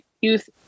Youth